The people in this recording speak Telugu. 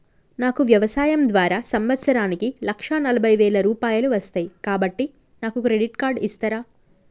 నాకు వ్యవసాయం ద్వారా సంవత్సరానికి లక్ష నలభై వేల రూపాయలు వస్తయ్, కాబట్టి నాకు క్రెడిట్ కార్డ్ ఇస్తరా?